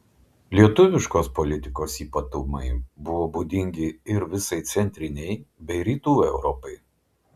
lietuviškos politikos ypatumai buvo būdingi ir visai centrinei bei rytų europai